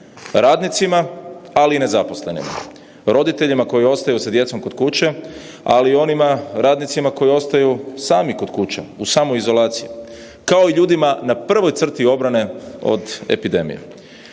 radnicima, ali i nezaposlenima, roditeljima koji ostaju s djecom kod kuće, ali i onim radnicima koji ostaju sami kod kuće u samoizolaciji, kao i ljudima na prvoj crti obrane od epidemije.